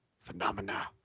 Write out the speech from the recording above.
phenomena